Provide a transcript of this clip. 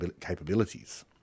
capabilities